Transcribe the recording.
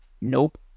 nope